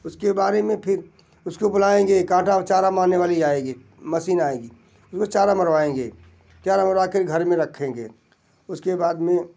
उसके बारे में फिर उसको बुलाएंगे कांटा और चारा मारने वाली आएगी मसीन आएगी उसमें चारा मरवाएंगे चारा मरवा कर घर में रखेंगे उसके बाद में